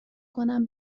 کنم